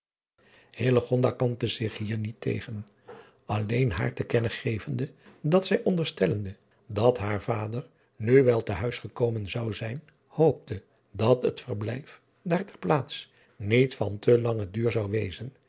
kantte zich hier niet tegen alleen haar te kennen gevende dat zij onderstellende dat haar vader nu wel te huis gekomen zou zijn hoopte dat het verblijf daar ter plaats niet van te langen duur zou wezen